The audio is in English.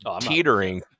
teetering